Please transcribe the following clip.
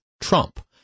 Trump